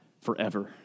forever